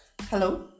hello